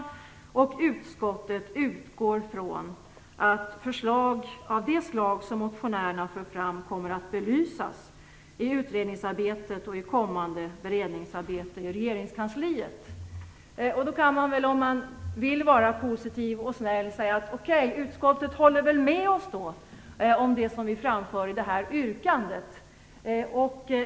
Vidare sägs att utskottet utgår från att förslag av det slag som motionärerna för fram kommer att belysas i utredningsarbetet och i kommande beredningsarbete i regeringskansliet. Om man vill vara positiv och snäll kan man säga: Okej, utskottet håller med oss i det som vi framför i yrkandet.